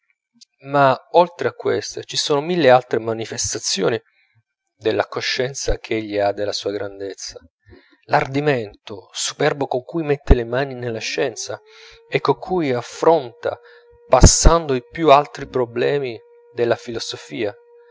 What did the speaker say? ma oltre a queste ci sono mille altre manifestazioni della coscienza ch'egli ha della sua grandezza l'ardimento superbo con cui mette le mani nella scienza e con cui affronta passando i più alti problemi della filosofia